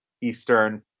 Eastern